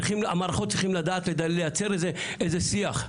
המערכות צריכות לדעת לייצר איזה שיח.